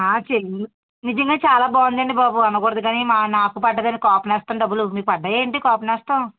ఆ చెయ్యి ఇది మరి చాలా బాగుందండి బాబు అనకూడదు కానీ మా నాకు పడ్డదండి కాపు నేస్తం డబ్బులు మీకు పడ్డాయా ఏంటి కాపు నేస్తం